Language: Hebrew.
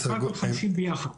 סך הכל חמשים מליון ביחד.